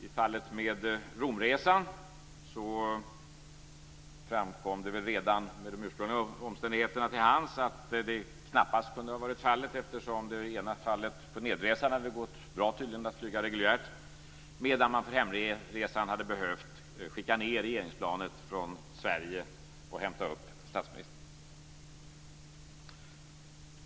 I fallet med Romresan framkom det redan när de ursprungliga omständigheterna fanns till hands att det knappast kunde ha varit fallet, eftersom det i ena fallet, på nedresan, tydligen hade gått bra att flyga reguljärt, medan man för hemresan hade behövt skicka ned regeringsplanet från Sverige och hämta upp statsministern.